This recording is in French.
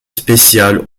spécial